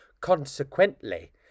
consequently